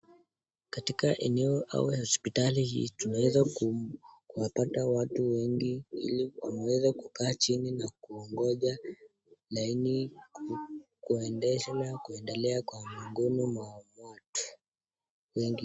Ni katika eneo au hospitali hii, tunaeza kuwapata watu wengi ili wameweze kukaa chini na kuongoja laini katika shuguli ya kuendelea na mgomo wa watu wengi.